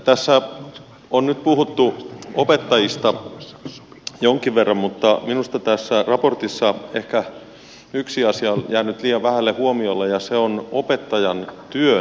tässä on nyt puhuttu opettajista jonkin verran mutta minusta tässä raportissa ehkä yksi asia on jäänyt liian vähälle huomiolle ja se on opettajantyön arvostus